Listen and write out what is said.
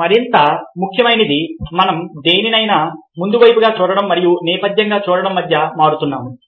మరింత ముఖ్యమైనది మనం దేనినైనా ముందువైపుగా చూడటం మరియు నేపథ్యంగా చూడటం మధ్య మారుతున్నాము